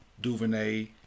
Duvernay